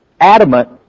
adamant